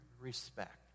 respect